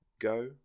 go